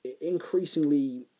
Increasingly